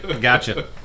gotcha